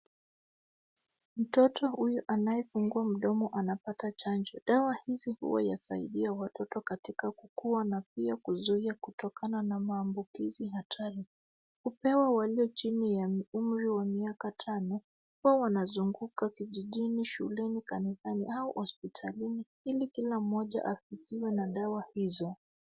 Mtoto huyu anaye fungua mdomo anapata chanjo. Dawa hizi huwa ya saidia watoto katika kukuwa na pia kuzuia kutokana na maumbukizi hatari. Hupewa wale chini ya umri wa miaka tano, huwa na wanazunguka kijijini, shuleni, kanisani au hospitalini ili kila mmoja atibiwe na dawa hizo.